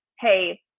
hey